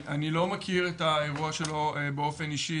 אני לא מכיר את האירוע שלו באופן אישי.